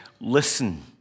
Listen